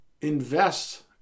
invest